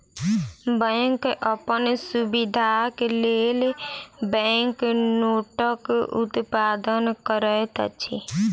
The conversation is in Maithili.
बैंक अपन सुविधाक लेल बैंक नोटक उत्पादन करैत अछि